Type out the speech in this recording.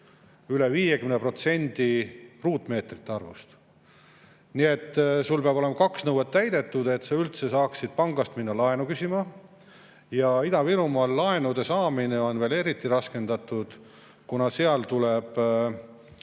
üle 50% ruutmeetrite arvust. Nii et peab olema kaks nõuet täidetud, et üldse saaks pangast minna laenu küsima. Ida-Virumaal laenude saamine on veel eriti raskendatud, kuna seal laenu